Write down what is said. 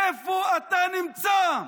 איפה אתה נמצא?